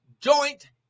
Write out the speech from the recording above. joint